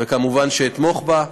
ומובן שאתמוך בה.